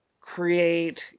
create